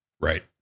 Right